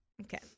Okay